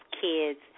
kids